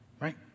Right